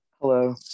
Hello